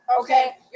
Okay